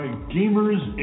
Gamers